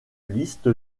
liste